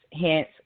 hence